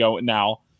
now